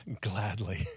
Gladly